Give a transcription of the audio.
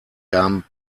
gaben